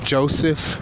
Joseph